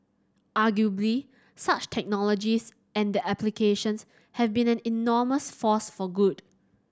arguably such technologies and their applications have been an enormous force for good